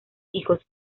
hijos